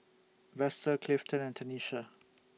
Vester Clifton and Tanesha